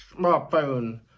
smartphone